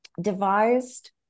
devised